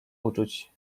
uczuć